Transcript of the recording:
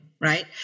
right